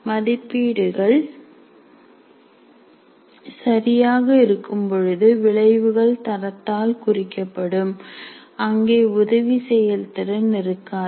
மதிப்பீடுகள் சரியாக இருக்கும்பொழுது விளைவுகள் தரத்தால் குறிக்கப்படும் அங்கே உதவி செயல்திறன் இருக்காது